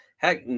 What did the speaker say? Heck